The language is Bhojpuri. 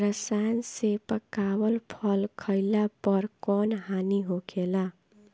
रसायन से पकावल फल खइला पर कौन हानि होखेला?